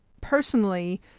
personally